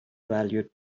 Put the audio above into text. valued